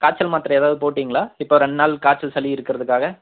காய்ச்சல் மாத்திரை ஏதாவது போட்டிங்களா இப்போ ரெண்டு நாள் காய்ச்சல் சளி இருக்குறதுக்காக